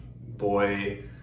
boy